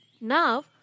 Now